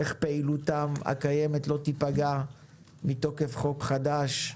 איך פעילותם הקיימת לא תיפגע מתוקף חוק חדש.